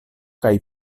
kaj